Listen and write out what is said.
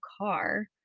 car